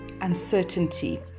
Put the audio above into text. Uncertainty